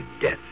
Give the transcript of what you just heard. death